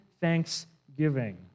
thanksgiving